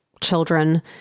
children